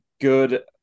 good